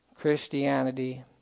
Christianity